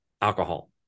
alcohol